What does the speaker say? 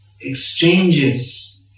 exchanges